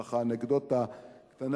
ככה אנקדוטה קטנה,